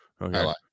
okay